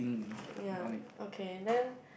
yea okay then